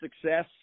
success